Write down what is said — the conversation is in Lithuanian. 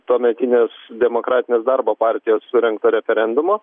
tuometinės demokratinės darbo partijos surengto referendumo